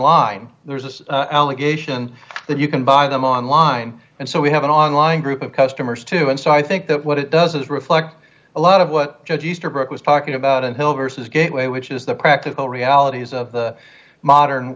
line there's this allegation that you can buy them online and so we have an online group of customers too and so i think that what it does is reflect a lot of what judge easterbrook was talking about until versus gateway which is the practical realities of the modern